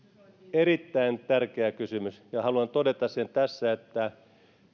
erittäin tärkeä kysymys ja haluan todeta tässä että